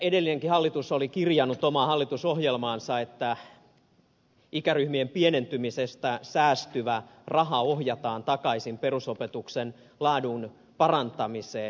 edellinenkin hallitus oli kirjannut omaan hallitusohjelmaansa että ikäryhmien pienentymisestä säästyvä raha ohjataan takaisin perusopetuksen laadun parantamiseen